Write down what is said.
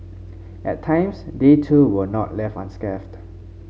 at times they too were not left unscathed